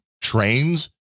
trains